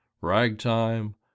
ragtime